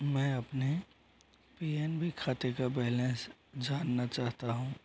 मैं अपने P N B खाते का बैलेंस जानना चाहता हूँ